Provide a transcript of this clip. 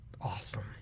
Awesome